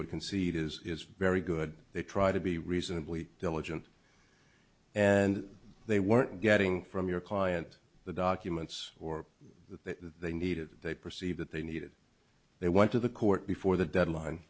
would concede is is very good they try to be reasonably diligent and they weren't getting from your client the documents or that they needed they perceive that they needed they went to the court before the deadline